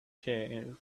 care